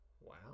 Wow